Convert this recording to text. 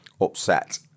upset